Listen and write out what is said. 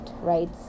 right